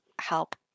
help